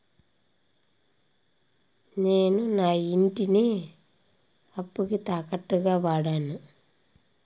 నేను నా ఇంటిని అప్పుకి తాకట్టుగా వాడాను